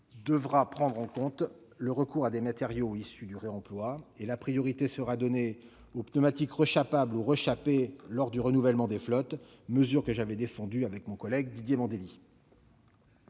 devra prendre en compte le recours à des matériaux issus du réemploi et la priorité sera donnée aux pneumatiques rechapables ou rechapés lors du renouvellement des flottes de véhicules, une mesure que j'avais défendue avec mon collègue Didier Mandelli.